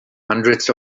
hundreds